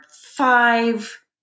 five